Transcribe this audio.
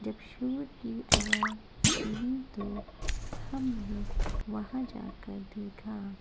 جب شور کی آواز سنی تو ہم نے وہاں جا کر دیکھا